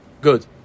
good